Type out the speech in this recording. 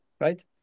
right